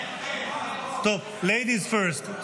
טוב, Ladies first.